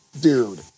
dude